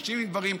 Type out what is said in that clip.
נשים עם גברים,